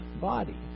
body